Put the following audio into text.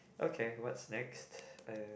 okay what's next uh